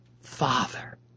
Father